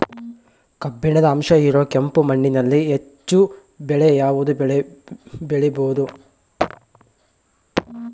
ಕಬ್ಬಿಣದ ಅಂಶ ಇರೋ ಕೆಂಪು ಮಣ್ಣಿನಲ್ಲಿ ಹೆಚ್ಚು ಬೆಳೆ ಯಾವುದು ಬೆಳಿಬೋದು?